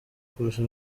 kurusha